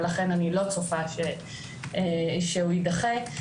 ולכן אני לא צופה שהוא יידחה.